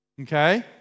okay